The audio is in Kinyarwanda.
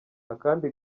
akandi